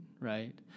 right